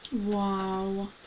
wow